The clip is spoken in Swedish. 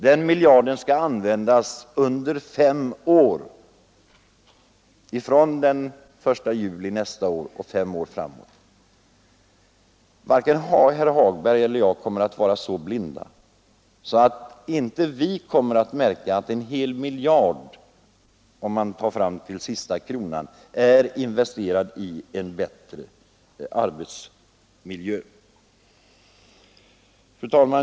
Den miljarden skall användas under en femårsperiod, från den 1 juli nästa år och framåt. Varken herr Hagberg eller jag kommer att kunna undgå att märka att en hel miljard — om medlen tas i anspråk till sista kronan — är investerad i en bättre arbetsmiljö. Fru talman!